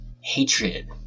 hatred